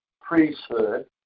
priesthood